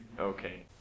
Okay